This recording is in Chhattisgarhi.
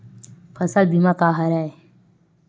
फसल बीमा का हरय?